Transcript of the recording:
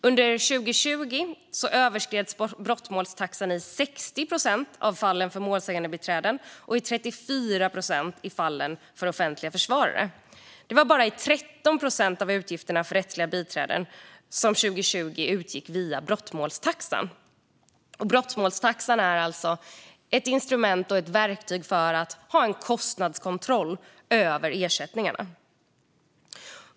Under 2020 överskreds brottmålstaxan i 60 procent av fallen för målsägandebiträden och i 34 procent av fallen för offentliga försvarare. Det var 2020 bara 13 procent av utgifterna för rättsliga biträden som utgick enligt brottmålstaxan, som alltså är ett instrument och ett verktyg för att ha en kostnadskontroll över ersättningarna.